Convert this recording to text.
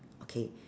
okay